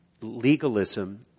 legalism